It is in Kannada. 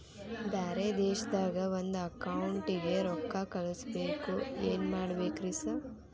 ಬ್ಯಾರೆ ದೇಶದಾಗ ಒಂದ್ ಅಕೌಂಟ್ ಗೆ ರೊಕ್ಕಾ ಕಳ್ಸ್ ಬೇಕು ಏನ್ ಮಾಡ್ಬೇಕ್ರಿ ಸರ್?